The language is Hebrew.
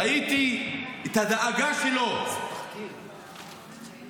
ראיתי את הדאגה שלו, את